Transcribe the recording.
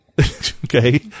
Okay